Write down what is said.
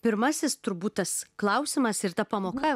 pirmasis turbūt tas klausimas ir ta pamoka